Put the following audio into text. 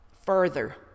further